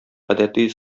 гадәти